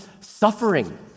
suffering